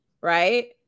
right